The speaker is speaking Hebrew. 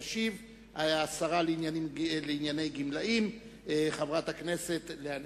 תשיב השרה לענייני גמלאים, חברת הכנסת לאה נס.